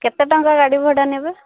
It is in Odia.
କେତେ ଟଙ୍କା ଗାଡ଼ି ଭଡ଼ା ନେବେ